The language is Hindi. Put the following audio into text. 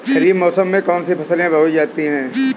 खरीफ मौसम में कौन कौन सी फसलें बोई जाती हैं?